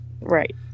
Right